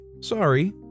sorry